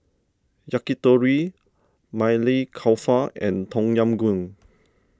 Yakitori Maili Kofta and Tom Yam Goong